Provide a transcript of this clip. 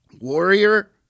warrior